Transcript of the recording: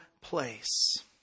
place